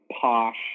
posh